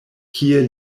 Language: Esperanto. kie